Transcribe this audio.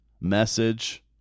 message